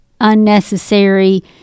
unnecessary